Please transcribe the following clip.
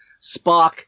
spock